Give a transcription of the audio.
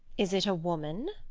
is it a woman?